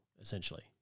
essentially